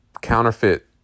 counterfeit